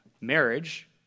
Marriage